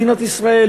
מדינת ישראל,